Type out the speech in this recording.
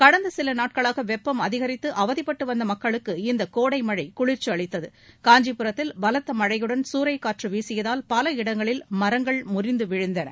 கடந்த சில நாட்களாக வெப்பம் அதிகரித்து அவதிப்பட்டு வந்த மக்களுக்கு இந்த கோடை மழை குளிர்ச்சி அளித்தது காஞ்சிபுரத்தில் பலத்த மழையுடன் சூறைக்காற்று வீசியதால் பல இடங்களில் மரங்கள் முறிந்து விழுந்தன